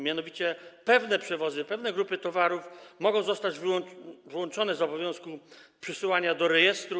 Mianowicie pewne przewozy, pewne grupy towarów mogą zostać wyłączone z obowiązku przysyłania do rejestru.